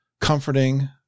comforting